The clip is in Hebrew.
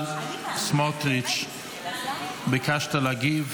סמוטריץ', ביקשת להגיב.